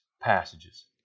passages